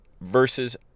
versus